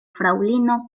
fraŭlino